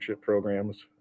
programs